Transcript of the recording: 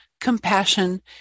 compassion